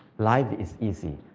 life is easy.